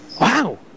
Wow